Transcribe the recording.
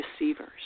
receivers